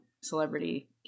celebrity